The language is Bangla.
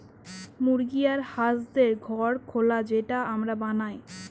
মুরগি আর হাঁসদের ঘর খোলা যেটা আমরা বানায়